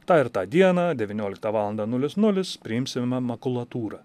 tą ir tą dieną devynioliktą valandą nulis nulis priimsime makulatūrą